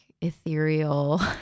ethereal